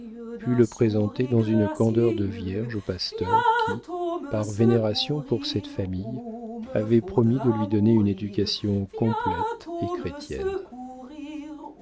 put le présenter dans une candeur de vierge au pasteur qui par vénération pour cette famille avait promis de lui donner une éducation complète et chrétienne